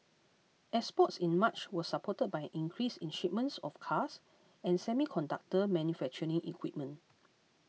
exports in March was supported by increase in shipments of cars and semiconductor manufacturing equipment